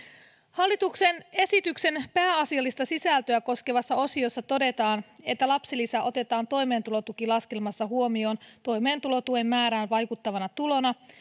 hallituksen esityksen pääasiallista sisältöä koskevassa osiossa todetaan että lapsilisä otetaan toimeentulotukilaskelmassa huomioon toimeentulotuen määrään vaikuttavana tulona